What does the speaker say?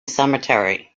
cemetery